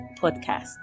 podcast